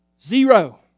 Zero